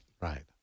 Right